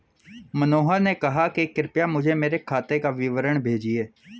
मनोहर ने कहा कि कृपया मुझें मेरे खाते का विवरण भेजिए